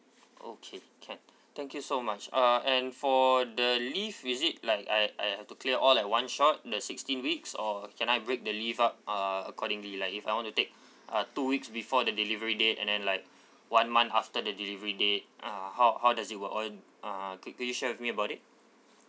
okay can thank you so much uh and for the leave is it like I I have to clear all at one shot in the sixteen weeks or can I break the leave up uh accordingly like if I want to take uh two weeks before the delivery date and then like one month after the delivery date uh how how does it work or uh could could you share with me about it